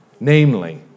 Namely